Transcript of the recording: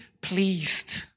pleased